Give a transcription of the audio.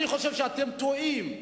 אני חושב שאתם טועים.